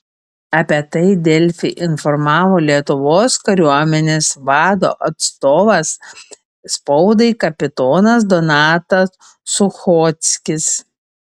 apie tai delfi informavo lietuvos kariuomenės vado atstovas spaudai kapitonas donatas suchockis